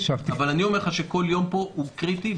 אבל אני אומר לך שכל יום פה הוא קריטי.